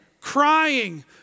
crying